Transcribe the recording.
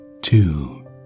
two